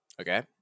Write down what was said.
okay